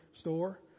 store